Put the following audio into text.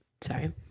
Sorry